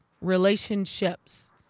relationships